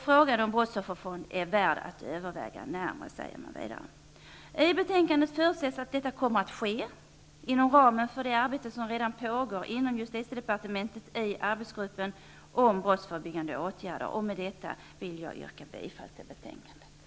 Frågan om en brottsofferfond är värd att överväga närmare, säger utskottet vidare. I betänkandet förutsätts att detta kommer att ske inom ramen för det arbete som redan pågår inom justitiedepartementet i arbetsgruppen om brottsförebyggande åtgärder. Med detta vill jag yrka bifall till utskottets hemställan i betänkandet.